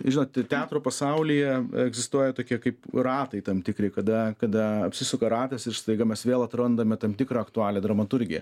žinot tai teatro pasaulyje egzistuoja tokie kaip ratai tam tikri kada kada apsisuka ratas ir staiga mes vėl atrandame tam tikrą aktualią dramaturgiją